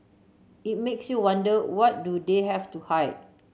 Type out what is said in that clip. it makes you wonder what do they have to hide